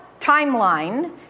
timeline